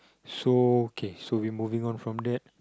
so K so we moving on from that